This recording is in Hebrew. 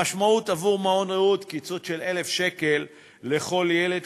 המשמעות עבור מעון "רעות" קיצוץ של 1,000 שקל לכל ילד,